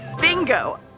Bingo